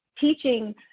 teaching